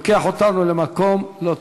לוקח אותנו למקום לא טוב.